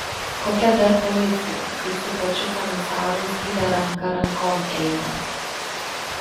kokia dar policija kai su pačiu komisaru zylė ranka rankon eina